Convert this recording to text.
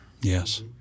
yes